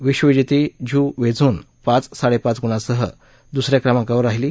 विश्वविजेती Ju Wenjun पाच साडेपाच गुणांसह दुस या क्रमांकावर राहिली